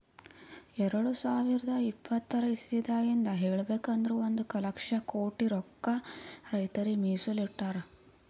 ಎರಡ ಸಾವಿರದ್ ಇಪ್ಪತರ್ ಇಸವಿದಾಗಿಂದ್ ಹೇಳ್ಬೇಕ್ ಅಂದ್ರ ಒಂದ್ ಲಕ್ಷ ಕೋಟಿ ರೊಕ್ಕಾ ರೈತರಿಗ್ ಮೀಸಲ್ ಇಟ್ಟಿರ್